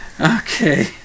Okay